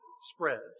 spreads